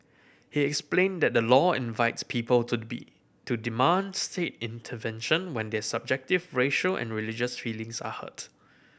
he explained that the law invites people to be to demand state intervention when their subjective racial and religious feelings are hurt